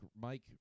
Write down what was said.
Mike